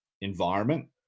environment